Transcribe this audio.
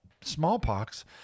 smallpox